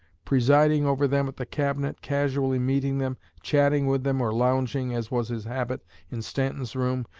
presiding over them at the cabinet, casually meeting them, chatting with them or lounging as was his habit in stanton's room,